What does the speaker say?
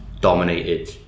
dominated